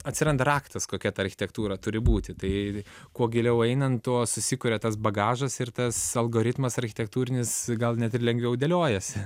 atsiranda raktas kokia ta architektūra turi būti tai kuo giliau einant tuo susikuria tas bagažas ir tas algoritmas architektūrinis gal net ir lengviau dėliojasi